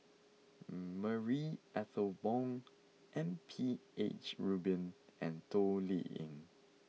Marie Ethel Bong M P H Rubin and Toh Liying